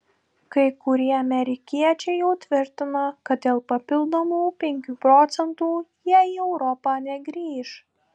kai kurie amerikiečiai jau tvirtino kad dėl papildomų penkių procentų jie į europą negrįš